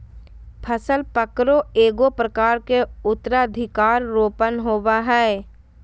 फसल पकरो एगो प्रकार के उत्तराधिकार रोपण होबय हइ